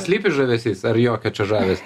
slypi žavesys ar jokio čia žavesio